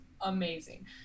amazing